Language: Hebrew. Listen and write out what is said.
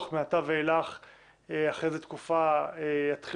אך מעתה ואילך אחרי איזה תקופה יתחילו